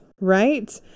right